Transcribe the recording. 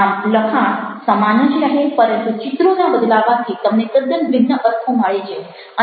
આમ લખાણ સમાન જ રહે પરંતુ ચિત્રોના બદલાવાથી તમને તદ્દન ભિન્ન અર્થો મળે છે